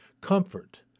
Comfort